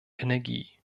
energie